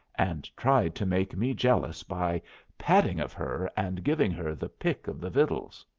and tried to make me jealous by patting of her and giving her the pick of the vittles.